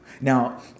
Now